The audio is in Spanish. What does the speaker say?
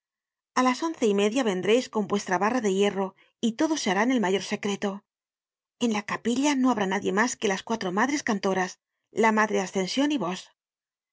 a las once y media vendreis con vuestra barra de hierro y todo se hará en el mayor secreto en la capilla no habrá nadie mas que las cuatro madres cantoras la madre ascension y vos